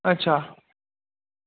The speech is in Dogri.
अच्छा